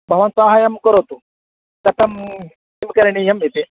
भवान् सहाय्यं करोतु कथं किं करणीयम् इति